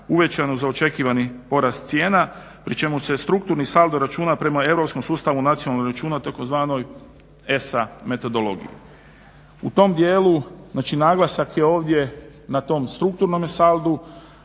uvećanu za očekivani porast cijena, pri čemu se strukturni saldo računa prema europskom sustavu nacionalnog računa tzv. ESA metodologiji. U tom djelu, znači naglasak je ovdje na tom strukturnome saldu